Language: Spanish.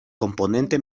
componente